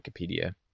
Wikipedia